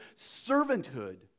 servanthood